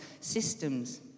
systems